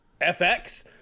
FX